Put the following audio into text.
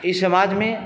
ई समाज में